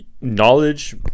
knowledge